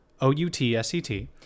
o-u-t-s-e-t